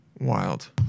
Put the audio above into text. Wild